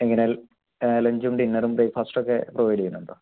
എങ്ങനെ ലഞ്ചും ഡിന്നറും ബ്രേക്ക്ഫാസ്റ്റൊക്കെ പ്രൊവൈഡ് ചെയ്യുന്നുണ്ടോ